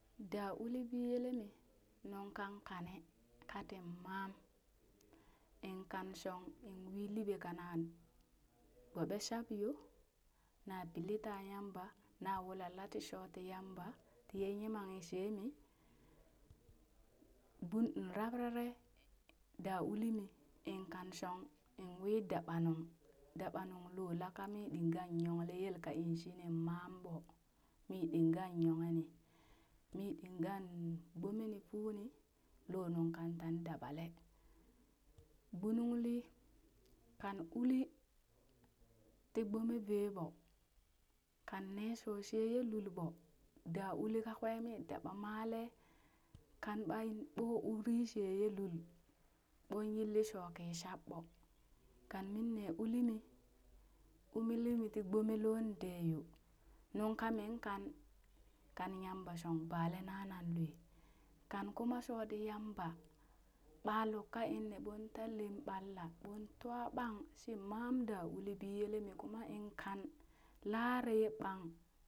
Daa uli biyele mi nungkan kane katin maam, in kan shong in wii liɓe kana gboɓe shabyo na pili taa yamba na wula lati shooti yamba tiye nyimanghi shee mi, bun labrare da uli mi in kan shong in wii dabanung dabanung lola kami dingan nyongle ye lul ka in shinin maaŋ ɓo mi ɗingan nyonghe ni, mi ɗingan gbome ni fuuni lo nungkan tan daɓale, gbunungli kan uli ti gbome vee ɓo kan ne shoo sheye lul ɓo, da uli kakwe mi daɓa male kan ɓan ɓo uri sheye lul ɓon yilli shoo ki shaɓɓo, kan min ne uli mii umilimi ti gbome loon da yo, nungka min kan kan yamba shong bale nanan lue, kan kuma shooti yamba, ɓa lukka inne ɓo ta lem ɓalla ɓon twaɓang shi maam da uli biyele mi kuma in kan lare ye ɓang.